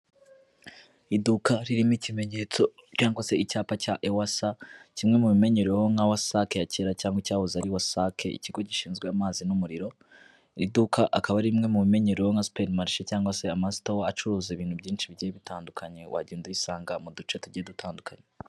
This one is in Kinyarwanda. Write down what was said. Iduka ririmo ikimenyetso cyangwa se icyapa cya ewasa kimwe mu bimenyerero nka wasake kera cyangwa icyahoze ari wasake; ikigo gishinzwe amazi n'umuriro. Iduka akaba ari rimwe mu bimenyereweho nka superi marishe cyangwa se amasitowa acuruza ibintu byinshi bigiye bitandukanye wagenda uyisanga mu duce tugiye dutandukanye.